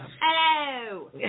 Hello